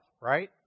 Right